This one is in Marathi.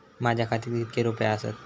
माझ्या खात्यात कितके रुपये आसत?